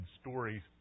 stories